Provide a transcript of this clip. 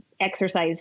exercise